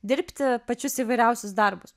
dirbti pačius įvairiausius darbus